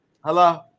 Hello